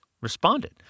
responded